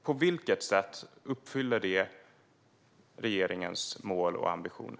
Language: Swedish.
På vilket sätt uppfyller det regeringens mål och ambitioner?